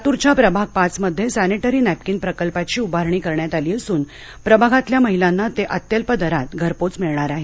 लातूरच्या प्रभाग पाच मध्ये सॅनेटरी नॅपकिन प्रकल्पाची उभारणी करण्यात आली असून प्रभागातल्या महिलांना ते अत्यल्प दरात घरपोच मिळणार आहे